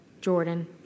Jordan